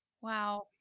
Wow